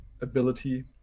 ability